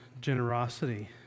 generosity